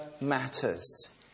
matters